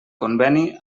conveni